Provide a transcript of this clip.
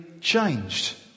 changed